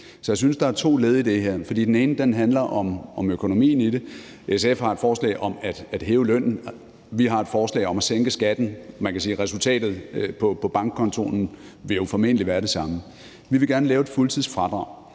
Så jeg synes, der er to led i det her. Det ene handler om økonomien i det. SF har et forslag om at hæve lønnen. Vi har et forslag om at sænke skatten. Man kan sige, at resultatet på bankkontoen jo formentlig vil være det samme. Vi vil gerne lave et fuldtidsfradrag,